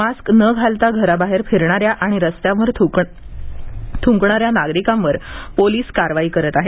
mask नं घालता घराबाहेर फिरणाऱ्या आणि रस्त्यावर थुंकणाऱ्या नागरिकांवर पोलीस कारवाई करत आहेत